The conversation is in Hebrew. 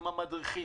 עם המדריכים.